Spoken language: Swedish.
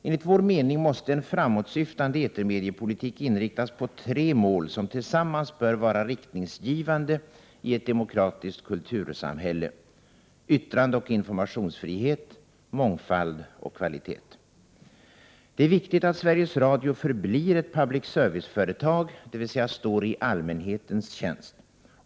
Enligt vår mening måste en framåtsyftande etermediepolitik inriktas på tre mål, som tillsammans bör vara riktningsgivande i ett demokratiskt kultursamhälle, nämligen yttrandeoch informationsfrihet, mångfald och kvalitet. Det är viktigt att Sveriges Radio förblir ett public service-företag, dvs. står i allmänhetens tjänst.